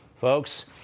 Folks